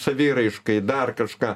saviraiškai dar kažką